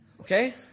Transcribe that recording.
Okay